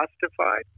justified